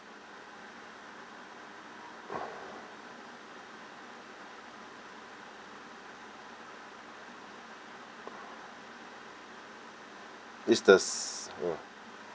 is the mm